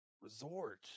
Resort